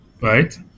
Right